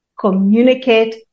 Communicate